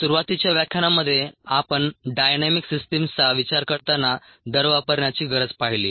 सुरुवातीच्या व्याख्यानांमध्ये आपण डायनॅमिक सिस्टम्सचा विचार करताना दर वापरण्याची गरज पाहिली